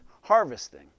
harvesting